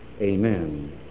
Amen